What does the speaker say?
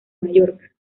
mallorca